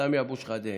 סמי אבו שחאדה,